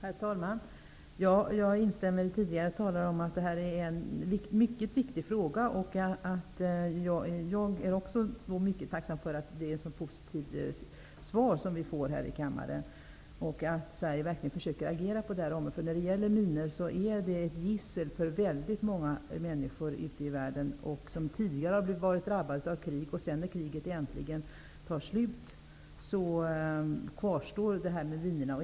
Herr talman! Jag instämmer i det de tidigare talarna har sagt om att detta är en mycket viktig fråga. Jag är också mycket tacksam för att vi får ett så positivt svar här i kammaren, och att Sverige verkligen försöker agera på detta område. Minor är ett gissel för väldigt många människor ute i världen. De har tidigare varit drabbade av krig, och när kriget äntligen tar slut kvarstår minorna.